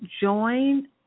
join